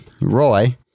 Roy